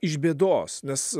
iš bėdos nes